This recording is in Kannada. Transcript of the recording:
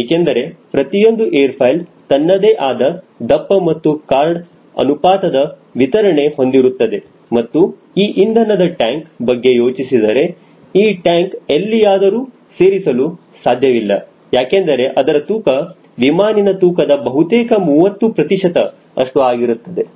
ಏಕೆಂದರೆ ಪ್ರತಿಯೊಂದು ಏರ್ ಫಾಯ್ಲ್ ತನ್ನದೇ ಆದ ದಪ್ಪ ಮತ್ತು ಕಾರ್ಡ್ ಅನುಪಾತದ ವಿತರಣೆ ಹೊಂದಿರುತ್ತದೆ ಮತ್ತು ಈ ಇಂಧನದ ಟ್ಯಾಂಕ್ ಬಗ್ಗೆ ಯೋಚಿಸಿದರೆ ಈ ಟ್ಯಾಂಕ್ ಎಲ್ಲಿಯಾದರೂ ಸೇರಿಸಲು ಸಾಧ್ಯವಿಲ್ಲ ಯಾಕೆಂದರೆ ಅದರ ತೂಕ ವಿಮಾನಿನ್ ತೂಕದ ಬಹುತೇಕ 30 ಪ್ರತಿಶತ ಅಷ್ಟು ಆಗಿರುತ್ತದೆ